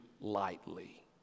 lightly